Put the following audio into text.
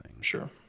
Sure